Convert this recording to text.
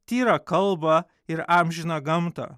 tyrą kalbą ir amžiną gamtą